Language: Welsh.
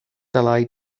dylai